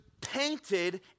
painted